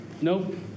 Nope